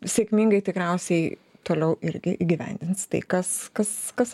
sėkmingai tikriausiai toliau irgi įgyvendins tai kas kas kas